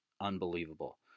unbelievable